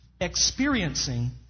experiencing